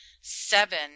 seven